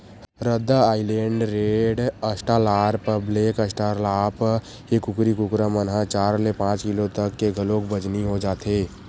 रद्दा island red, Australorp, black Australorp, ए कुकरी कुकरा मन ह चार ले पांच किलो तक के घलोक बजनी हो जाथे